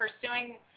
pursuing